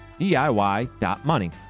DIY.money